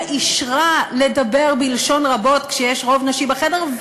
אישרה לדבר בלשון רבות כשיש רוב נשי בחדר,